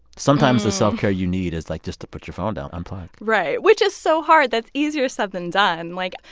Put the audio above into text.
sometimes, the self-care you need is, like, just to put your phone down, unplug right which is so hard. that's easier said than done. like,